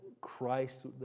Christ